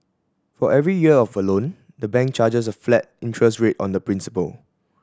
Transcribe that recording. for every year of a loan the bank charges a flat interest rate on the principal